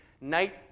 night